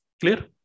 Clear